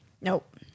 Nope